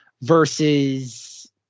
versus